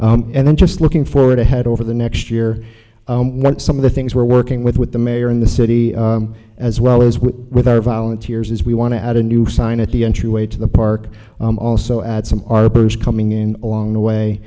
and i'm just looking forward to head over the next year when some of the things we're working with with the mayor and the city as well as with our volunteers is we want to add a new sign at the entryway to the park also add some are coming in along the way